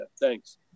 thanks